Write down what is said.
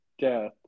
Death